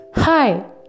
Hi